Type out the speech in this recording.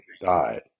died